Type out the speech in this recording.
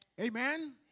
Amen